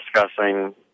discussing